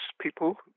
People